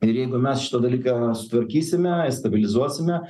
ir jeigu mes šitą dalyką sutvarkysime stabilizuosime